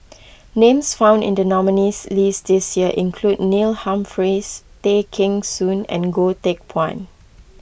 names found in the nominees' list this year include Neil Humphreys Tay Kheng Soon and Goh Teck Phuan